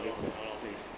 ya lor ya lor